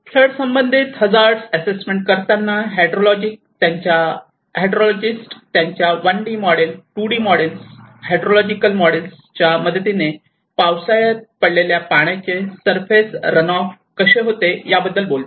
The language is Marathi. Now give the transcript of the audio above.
फ्लड संबंधित हजार्ड असेसमेंट करताना हैड्रोलॉजिस्ट त्यांच्या 1 D model 2 D models hydrological model च्या मदतीने पावसाळ्यात पडलेल्या पाण्याचे सरफेस रणऑफ कसे होते याबद्दल बोलतात